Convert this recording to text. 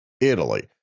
Italy